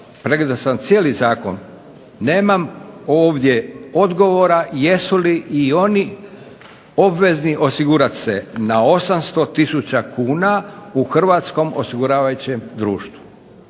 pregledao sam cijeli Zakon, nemam ovdje odgovora jesu li i oni obvezni osigurati se na 800 tisuća kuna u Hrvatskom osiguravajućem društvu,